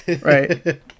Right